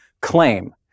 claim